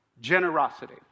generosity